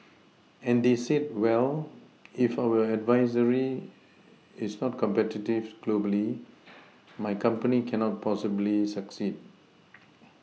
and they said well if our industry is not competitive globally my company cannot possibly succeed